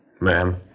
Ma'am